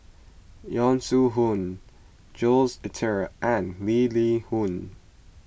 Yong Shu Hoong Jules Itier and Lee Li Hui